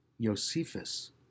Josephus